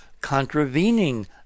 contravening